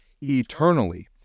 eternally